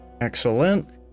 excellent